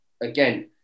again